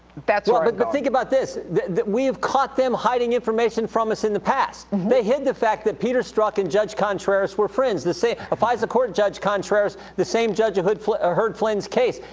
that's where i'm going. well but but think about this that we have caught them hiding information from us in the past. they hid the fact that peter strzok and judge contreras were friends. the same, a fisa court judge contreras, the same judge of, heard flynn's ah heard flynn's case.